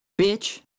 Bitch